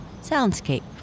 soundscape